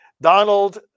Donald